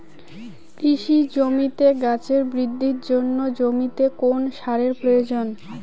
কৃষি জমিতে গাছের বৃদ্ধির জন্য জমিতে কোন সারের প্রয়োজন?